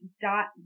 dot